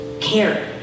Care